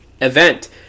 event